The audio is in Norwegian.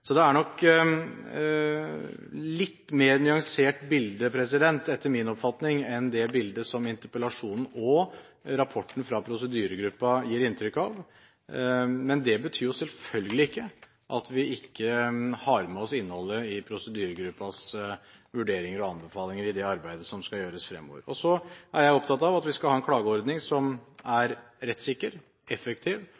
Så det er nok etter min oppfatning et litt mer nyansert bilde enn det bildet som interpellasjonen og rapporten fra prosedyregruppen gir inntrykk av. Men det betyr selvfølgelig ikke at vi ikke har med oss innholdet i prosedyregruppens vurderinger og anbefalinger i det arbeidet som skal gjøres fremover. Så er jeg opptatt av at vi skal ha en klageordning som